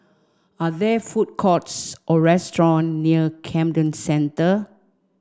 are there food courts or restaurant near Camden Centre